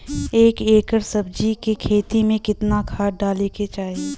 एक एकड़ सब्जी के खेती में कितना खाद डाले के चाही?